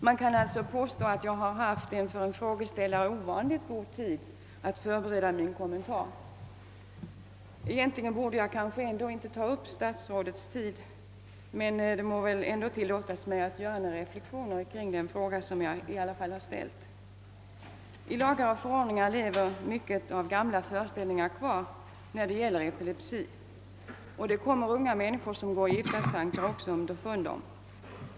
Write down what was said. Man kan alltså påstå att jag har haft för en frågeställare ovanligt god tid att förbereda mina kommentarer. Egentligen borde jag kanske inte ta upp statsrådets tid, men det må tillåtas mig att göra några reflexioner kring den fråga jag har ställt. I lagar och förordningar lever mycket av gamla föreställningar kvar när det gäller epilepsi. Det kommer unga människor som går i giftastankar också underfund med.